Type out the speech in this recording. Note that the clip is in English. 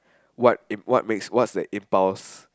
what what makes what's the impulse